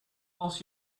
als